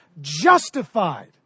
justified